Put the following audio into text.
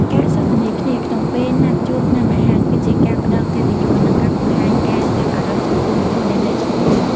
ការសន្ទនាគ្នាក្នុងពេលណាត់ជួបញ៉ាំអាហារ គឺជាការផ្ដល់កិត្តិយស និងការបង្ហាញការចាប់អារម្មណ៍ចំពោះមនុស្សដែលនៅចំពោះមុខ។